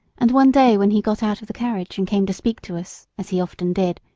and one day when he got out of the carriage and came to speak to us, as he often did,